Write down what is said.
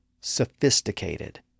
sophisticated